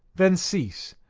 then cease,